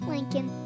Lincoln